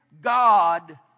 God